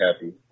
happy